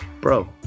bro